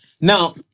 now